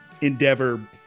endeavor